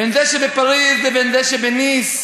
בין זה שבפריז לבין זה שבניס,